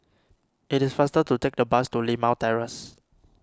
its faster to take the bus to Limau Terrace